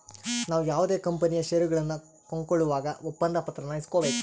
ನಾವು ಯಾವುದೇ ಕಂಪನಿಯ ಷೇರುಗಳನ್ನ ಕೊಂಕೊಳ್ಳುವಾಗ ಒಪ್ಪಂದ ಪತ್ರಾನ ಇಸ್ಕೊಬೇಕು